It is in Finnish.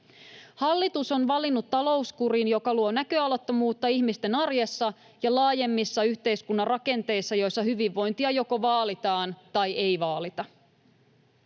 Hallitus on valinnut talouskurin, joka luo näköalattomuutta ihmisten arjessa ja laajemmissa yhteiskunnan rakenteissa, joissa hyvinvointia joko vaalitaan tai ei vaalita.